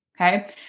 okay